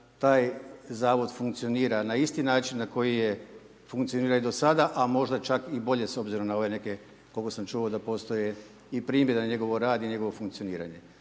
taj Zavod funkcionira na isti način na koji je funkcionirao i do sada a možda čak i bolje s obzirom na ove, koliko sam čuo da postoje i primjedbe na njegov rad i na njegovo funkcioniranje.